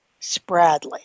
Spradley